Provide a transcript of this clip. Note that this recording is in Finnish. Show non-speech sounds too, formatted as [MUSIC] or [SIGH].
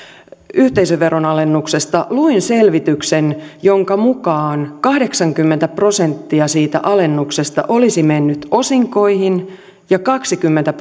yhteisöveron alennuksesta luin selvityksen jonka mukaan kahdeksankymmentä prosenttia siitä alennuksesta olisi mennyt osinkoihin ja kaksikymmentä [UNINTELLIGIBLE]